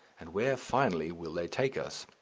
and where finally will they take us?